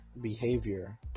behavior